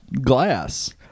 glass